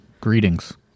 greetings